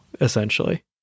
essentially